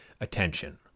attention